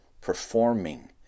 performing